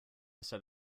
set